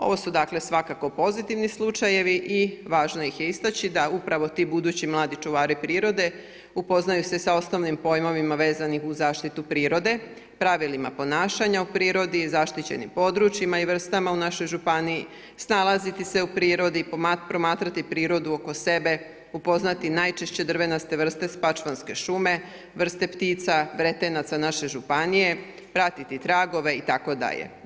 Ovo su dakle, svakako pozitivni slučajevi i važno ih je istaći da upravo ti budući mladi čuvari prirode upoznaju se sa osnovnim pojmovima vezanih uz zaštitu prirode, pravilima ponašanja u prirodi, zaštićenim područjima i vrstama u našoj županiji, snalaziti se u prirodi, promatrati prirodu oko sebe, upoznati najčešće drvenaste vrste Spačvanske šume, vrste ptica vretenaca naše županije pratiti tragove itd.